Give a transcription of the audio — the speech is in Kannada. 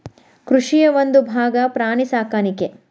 ಕೃಷಿಯ ಒಂದುಭಾಗಾ ಪ್ರಾಣಿ ಸಾಕಾಣಿಕೆ